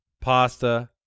pasta